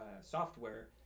software